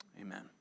Amen